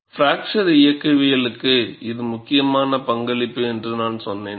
fracture இயக்கவியலுக்கு இது மிக முக்கியமான பங்களிப்பு என்று நான் சொன்னேன்